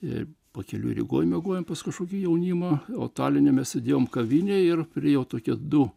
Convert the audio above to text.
ir pakeliui rygoje miegojom pas kažkokį jaunimo o taline mes sėdėjome kavinėje ir priėjo tokie du